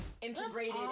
integrated